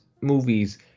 movies